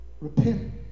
Repent